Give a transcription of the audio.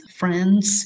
friends